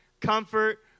comfort